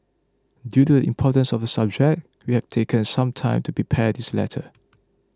due to the importance of the subject we have taken some time to prepare this letter